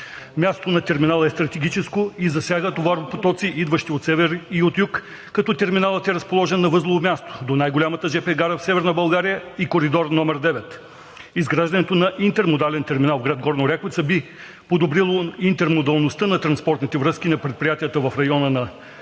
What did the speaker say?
Мястото на терминала е стратегическо и засяга товаропотоци, идващи от север и от юг, като терминалът е разположен на възлово място – до най-голямата жп гара в Северна България и коридор № 9. Изграждането на интермодален терминал в град Горна Оряховица би подобрило интермодалността на транспортните връзки на предприятията в района на Горна